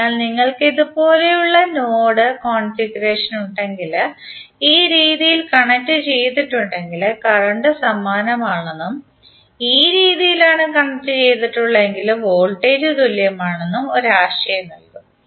അതിനാൽ നിങ്ങൾക്ക് ഇതുപോലുള്ള നോഡ് കോൺഫിഗറേഷൻ ഉണ്ടെങ്കിൽ ഈ രീതിയിൽ കണക്റ്റുചെയ്തിട്ടുണ്ടെങ്കിൽ കറന്റ് സമാനമാകുമെന്നും ഈ രീതിയിൽ ആണ് കണക്ട് ചെയ്തട്ടുള്ളത് എങ്കിൽ വോൾട്ടേജ് തുല്യമാകുമെന്നും ഒരു ആശയം നൽകും